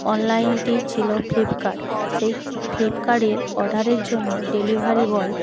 অনলাইনটি ছিলো ফ্লিপকার্ট সেই ফ্লিপকার্টের অর্ডারের জন্য ডেলিভারি বয়